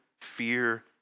fear